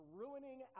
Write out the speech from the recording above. ruining